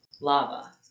lava